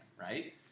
right